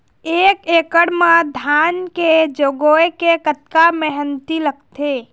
एक एकड़ म धान के जगोए के कतका मेहनती लगथे?